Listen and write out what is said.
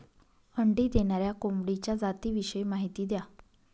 अंडी देणाऱ्या कोंबडीच्या जातिविषयी माहिती द्या